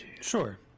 Sure